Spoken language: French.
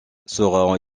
sera